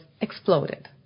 exploded